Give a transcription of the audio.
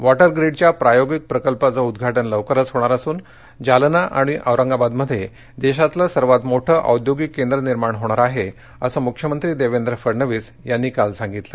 water ग्रीडच्या प्रायोगिक प्रकल्पाचं उद्घाटन लवकरच होणार असून जालना आणि औरंगाबादमध्ये देशातलं सर्वात मोठं औद्योगिक केंद्र निर्माण होणार आहे असं मुख्यमंत्री देवेंद्र फडणवीस यांनी काल सांगितलं